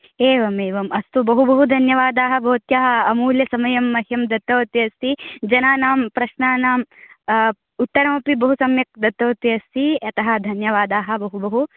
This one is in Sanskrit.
एवम् एवम् अस्तु बहु बहु धन्यवादाः भवत्याः अमूल्यसमयं मह्यं दत्तवति अस्ति जनानां प्रश्नानाम् उत्तरमपि बहु सम्यक् दत्तवति अस्ति अतः धन्यवादाः बहु बहु